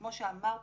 כמו שאמרתי,